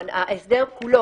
ההסדר כולו,